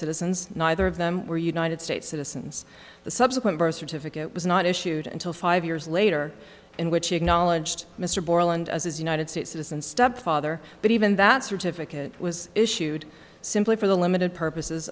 citizens neither of them were united states citizens the subsequent birth certificate was not issued until five years later in which he acknowledged mr borland as his united states citizen stepfather but even that certificate was issued simply for the limited purposes